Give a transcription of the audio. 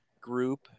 group